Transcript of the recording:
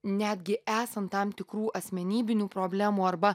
netgi esant tam tikrų asmenybinių problemų arba